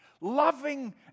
loving